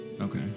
Okay